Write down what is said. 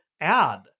add